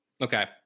Okay